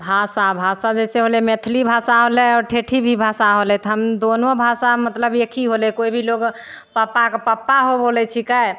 भाषा भाषा जइसे होलै मैथिली भाषा होलै ठेठी भी भाषा होलै तऽ हम दुनू भाषा मतलब एक ही होलै कोइ भी लोक पप्पाके पप्पा हौ बोलै छिकै